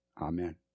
Amen